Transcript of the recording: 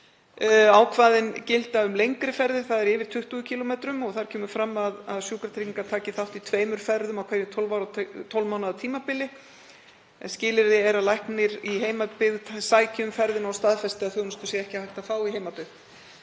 Ákvæðin gilda um lengri ferðir, þ.e. yfir 20 km, og þar kemur fram að Sjúkratryggingar taki þátt í tveimur ferðum á hverju 12 mánaða tímabili. Skilyrði er að læknir í heimabyggð sæki um ferðina og staðfesti að þjónustuna sé ekki hægt að fá í heimabyggð.